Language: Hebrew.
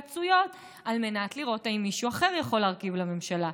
על מנת לראות אם מישהו אחר יכול להרכיב ממשלה.